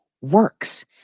works